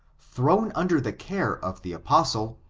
thrown under the care of the apostle,